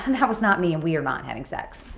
and that was not me and we are not having sex.